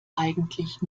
eigentlich